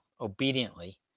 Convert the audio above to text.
obediently